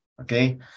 okay